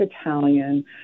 Italian